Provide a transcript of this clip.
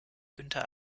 günter